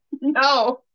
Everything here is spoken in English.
No